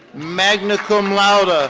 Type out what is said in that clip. magna cum laude, ah